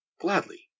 Gladly